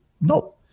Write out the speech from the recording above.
No